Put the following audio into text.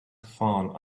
found